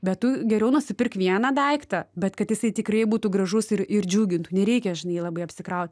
bet tu geriau nusipirk vieną daiktą bet kad jisai tikrai būtų gražus ir ir džiugintų nereikia žinai labai apsikraut